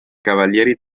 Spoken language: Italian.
cavalieri